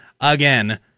again